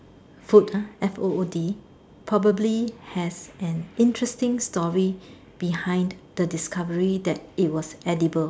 food uh F O O D probably has an interesting story behind the discovery that it was edible